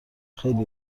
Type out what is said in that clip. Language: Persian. خیلی